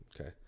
Okay